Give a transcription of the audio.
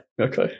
Okay